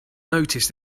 noticed